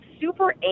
super